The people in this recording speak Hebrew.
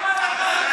הרי אתה פונה לאו"ם.